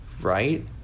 right